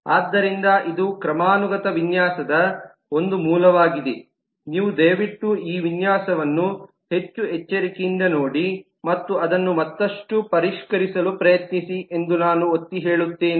ಆದ್ದರಿಂದ ಇದು ಕ್ರಮಾನುಗತ ವಿನ್ಯಾಸದ ಒಂದು ಮೂಲವಾಗಿದೆ ನೀವು ದಯವಿಟ್ಟು ಈ ವಿನ್ಯಾಸವನ್ನು ಹೆಚ್ಚು ಎಚ್ಚರಿಕೆಯಿಂದ ನೋಡಿ ಮತ್ತು ಅದನ್ನು ಮತ್ತಷ್ಟು ಪರಿಷ್ಕರಿಸಲು ಪ್ರಯತ್ನಿಸಿ ಎಂದು ನಾನು ಒತ್ತಿ ಹೇಳುತ್ತೇನೆ